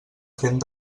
fent